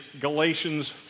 Galatians